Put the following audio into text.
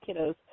kiddos